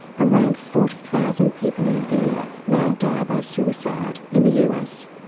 around forty thousand people a year now die by suicide in the us.